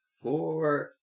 Four